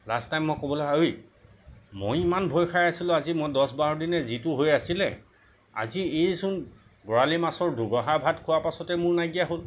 last time মই ক'বলগীয়া হ'ল ঐ মই ইমান ভয় খাই আছিলোঁ আজি মই দহ বাৰ দিনে যিটো হৈ আছিলে আজি এইচোন বৰালি মাছৰ দুঘৰা ভাত খোৱাৰ পিছতে মোৰ নাইকিয়া হ'ল